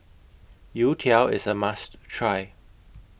Youtiao IS A must Try